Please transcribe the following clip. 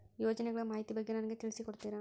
ಯೋಜನೆಗಳ ಮಾಹಿತಿ ಬಗ್ಗೆ ನನಗೆ ತಿಳಿಸಿ ಕೊಡ್ತೇರಾ?